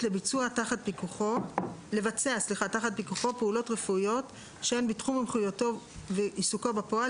לבצע תחת פיקוחו פעולות רפואיות שהן בתחום מומחיותו ועיסוקו בפועל,